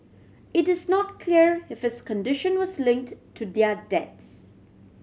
it is not clear if his condition was linked to their deaths